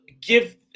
give